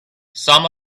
some